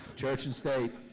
church and state.